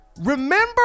remember